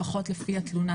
לפחות לפי התלונה,